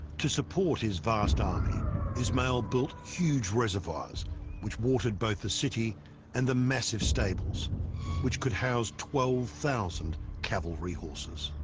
to support his vast army ismail built huge reservoirs which watered both the city and the massive stables which could house twelve zero cavalry horses